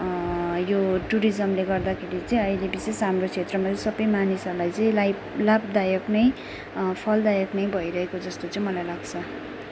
यो टुरिज्मले गर्दाखेरि चाहिँ अहिले विशेष हाम्रो क्षेत्रमा चाहिँ सबै मानिसहरूलाई चाहिँ लाइभ लाभदायक नै फलदायक नै भइरहेको जस्तो चाहिँ मलाई लाग्छ